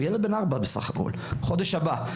הוא ילד בן 4 בסך הכול, חודש הבא.